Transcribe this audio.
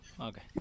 Okay